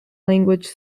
language